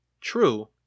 True